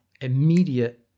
immediate